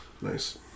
Nice